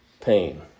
pain